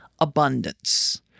abundance